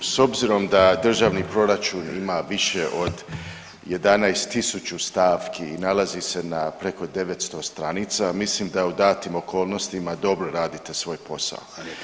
S obzirom da državni proračun ima više od 11 tisuću stavki i nalazi se na preko 900 stranica, mislim da u datim okolnostima dobro radite svoj posao.